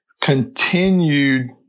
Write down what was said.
continued